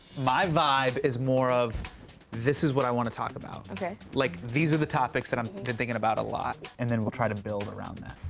my vibe is more of this is what i want to talk about. okay. like, these are the topics that i've um been thinking about a lot. and then we'll try to build around that.